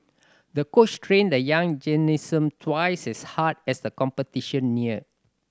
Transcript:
the coach trained the young gymnast twice as hard as the competition neared